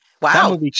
wow